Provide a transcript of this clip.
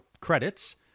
credits